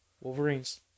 Wolverines